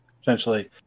Essentially